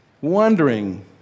wondering